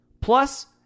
Plus